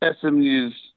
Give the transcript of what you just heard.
SMU's